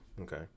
Okay